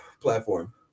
Platform